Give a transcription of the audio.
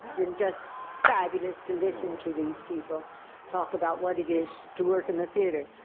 been just fabulous to listen to these people talk about what it is to work in the theatre.